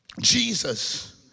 Jesus